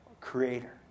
creator